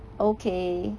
okay